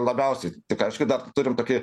labiausiai tik aišku dar turim tokį